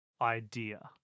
idea